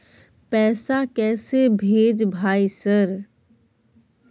पैसा कैसे भेज भाई सर?